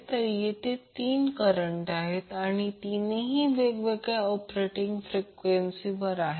तर येथे तीन करंट आहेत आणि तीनही वेगवेगळ्या ऑपरेटिंग फ्रिक्वेंसीवर आहेत